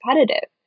competitive